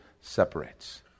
separates